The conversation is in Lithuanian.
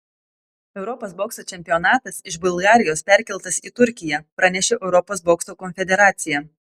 europos bokso čempionatas iš bulgarijos perkeltas į turkiją pranešė europos bokso konfederacija